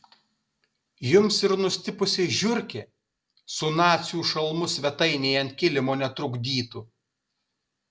jums ir nustipusi žiurkė su nacių šalmu svetainėje ant kilimo netrukdytų